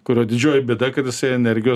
kurio didžioji bėda kad jisai energijos